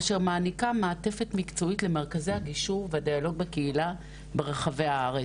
אשר מעניקה מעטפת מקצועית למרכזי הגישור והדיאלוג בקהילה ברחבי הארץ.